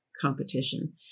competition